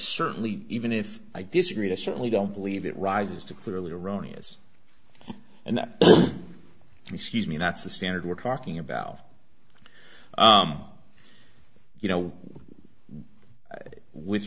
certainly even if i disagreed i certainly don't believe it rises to clearly erroneous and that excuse me that's the standard we're talking about you know with